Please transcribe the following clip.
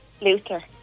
Luther